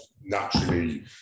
naturally